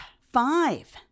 five